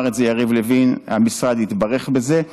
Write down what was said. אמר את זה יריב לוין, המשרד יתברך בזה.